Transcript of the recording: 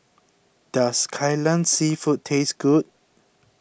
does Kai Lan Seafood taste good